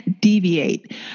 deviate